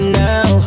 now